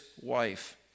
wife